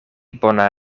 bona